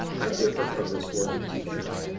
i differ from this worthy teacher.